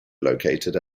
located